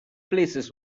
places